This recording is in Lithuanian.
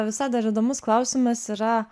visai dar įdomus klausimas yra